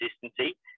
consistency